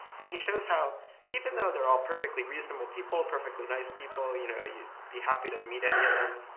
and he shows how even though they're all perfectly reasonable people, perfectly nice people, you know you'd be happy to meet any of them,